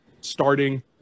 starting